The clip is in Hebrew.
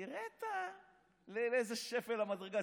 תראה לאיזה שפל המדרגה.